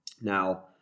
Now